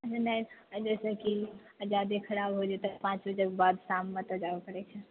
नहि जइसे कि जादे खराब हो जेतै पाँच बजेके बाद शाममे तऽ जाय पड़ै छै